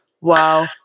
Wow